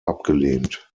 abgelehnt